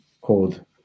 called